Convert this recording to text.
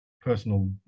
personal